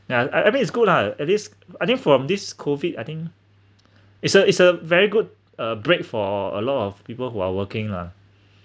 yeah I I mean it's good lah at least I think from this COVID I think it's a it's a very good uh break for a lot of people who are working lah